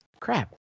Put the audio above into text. Crap